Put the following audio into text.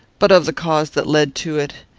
but of the cause that led to it,